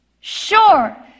sure